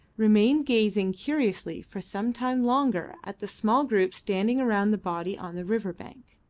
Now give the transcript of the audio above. remained gazing curiously for some time longer at the small group standing around the body on the river bank.